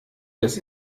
des